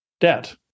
debt